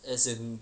as in